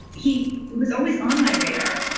he was always on my radar.